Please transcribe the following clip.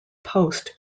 post